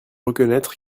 reconnaître